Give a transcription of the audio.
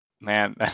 Man